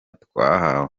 twahawe